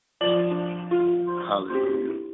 Hallelujah